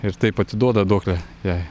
ir taip atiduoda duoklę jai